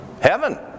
heaven